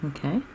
Okay